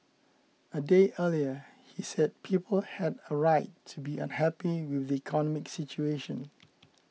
a day earlier he said people had a right to be unhappy economic situation